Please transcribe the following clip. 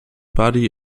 buddy